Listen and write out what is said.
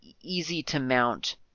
easy-to-mount